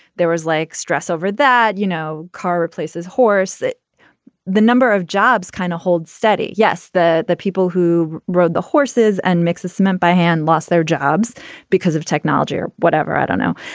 there was like stress over that you know car replaces horse that the number of jobs kind of hold steady. yes. that the people who rode the horses and mix the cement by hand lost their jobs because of technology or whatever i don't know.